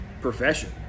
profession